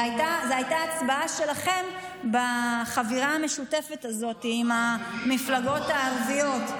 זו הייתה הצבעה שלכם בחבירה המשותפת הזאת עם המפלגות הערביות.